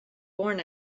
born